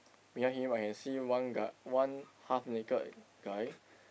near him I can see one guy one half naked guy